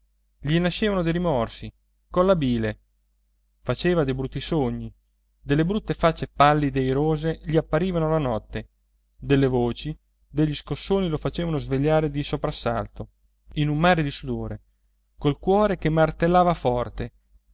gli nascevano dei rimorsi colla bile faceva dei brutti sogni delle brutte facce pallide e irose gli apparivano la notte delle voci degli scossoni lo facevano svegliare di soprassalto in un mare di sudore col cuore che martellava forte